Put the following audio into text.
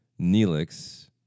Neelix